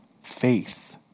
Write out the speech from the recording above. Faith